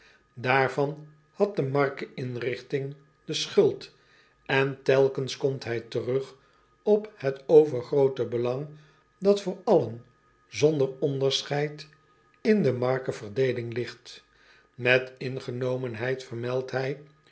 aarvan had de marke inrigting de schuld en telkens komt hij terug op het overgroote belang dat voor allen zonder onderscheid in de markeverdeeling ligt et ingenomenheid vermeldt hij